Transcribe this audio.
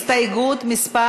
הסתייגות מס'